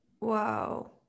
Wow